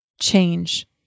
change